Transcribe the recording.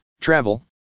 travel